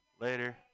later